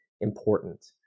important